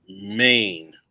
main